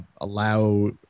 allow